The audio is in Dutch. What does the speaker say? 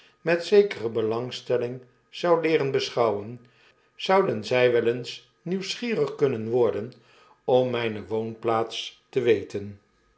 met zekere bplangstelling zou leerenbeschouwen zouden zy wel eens nieuwsgierig kunnen worden om mpe woonplaats te weten